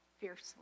fiercely